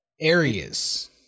areas